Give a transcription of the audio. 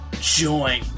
Join